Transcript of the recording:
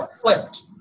flipped